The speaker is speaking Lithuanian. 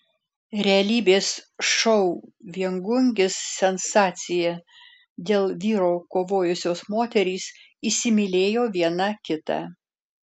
realybės šou viengungis sensacija dėl vyro kovojusios moterys įsimylėjo viena kitą